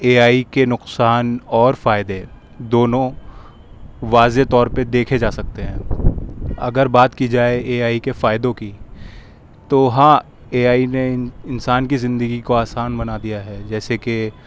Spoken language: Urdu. اے آئی کے نقصان اور فائدے دونوں واضح طور پہ دیکھے جا سکتے ہیں اگر بات کی جائے اے آئی کے فائدوں کی تو ہاں اے آئی نے انسان کی زندگی کو آسان بنا دیا ہے جیسے کہ